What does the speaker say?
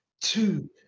two